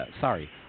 sorry